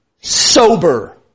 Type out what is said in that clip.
sober